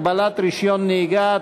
הגבלת רישיון נהיגה),